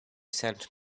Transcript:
sent